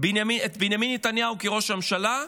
את בנימין נתניהו כראש הממשלה,